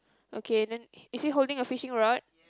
okay then is he holding a fishing rod